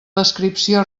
descripció